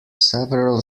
several